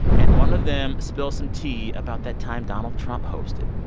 and one of them spills some tea about that time donald trump hosted.